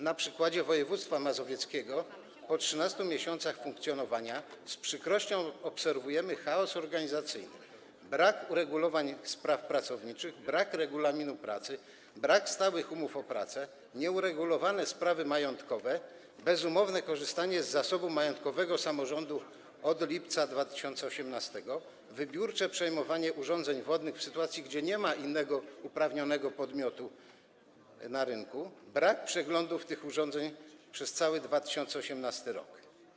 Na przykład w województwie mazowieckim po 13 miesiącach funkcjonowania z przykrością obserwujemy chaos organizacyjny, brak uregulowań spraw pracowniczych, brak regulaminu pracy, brak stałych umów o pracę, nieuregulowane sprawy majątkowe, bezumowne korzystanie z zasobu majątkowego samorządu od lipca 2018 r., wybiórcze przejmowanie urządzeń wodnych, w sytuacji kiedy nie ma innego uprawnionego podmiotu na rynku, brak przeglądów tych urządzeń przez cały 2018 r.